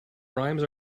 rhymes